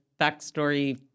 backstory